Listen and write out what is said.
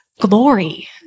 Glory